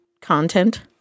content